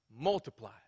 Multiply